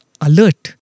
alert